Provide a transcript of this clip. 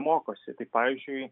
mokosi tai pavyzdžiui